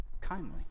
Kindly